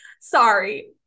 Sorry